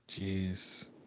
Jeez